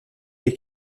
les